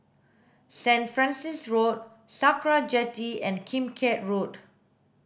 Saint Francis Road Sakra Jetty and Kim Keat Road